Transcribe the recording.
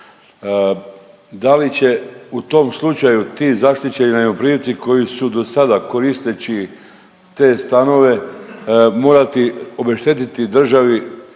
Da li će u tom slučaju ti zaštićeni najmoprimci koji su do sada koristeći te stanove, morati obeštetiti državi